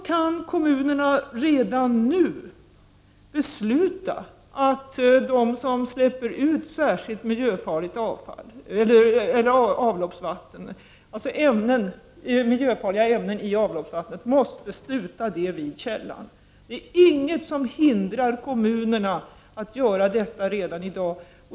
Kommunerna kan redan nu besluta att de som släpper ut särskilt miljöfarliga ämnen i avloppsvattnet måste rena det redan vid källan. Det är ingenting som hindrar kommunerna att göra det redan i dag.